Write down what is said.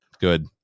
Good